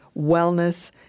wellness